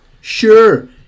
Sure